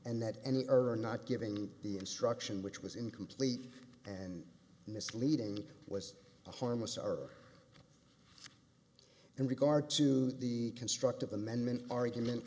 and that any ern not giving the instruction which was incomplete and misleading was a harmless error in regard to the constructive amendment argument